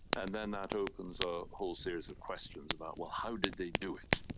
and then that opens a whole series of questions about, well, how did they do it?